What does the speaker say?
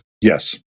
Yes